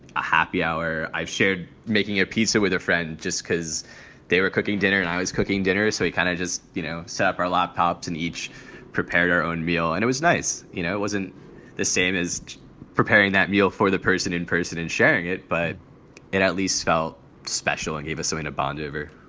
a happy hour. i've shared making a pizza with a friend just because they were cooking dinner and i was cooking dinner. so it kind of just, you know, set up our laptops and each prepared our own meal. and it was nice. you know, it wasn't the same as preparing that meal for the person in person and sharing it, but it at least felt special and gave us something to bond over